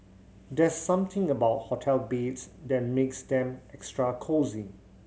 there's something about hotel beds that makes them extra cosy